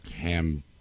ham